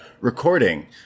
recording